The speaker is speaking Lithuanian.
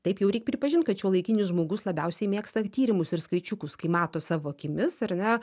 taip jau reik pripažint kad šiuolaikinis žmogus labiausiai mėgsta tyrimus ir skaičiukus kai mato savo akimis ar ne